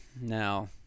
Now